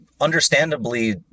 understandably